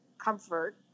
Comfort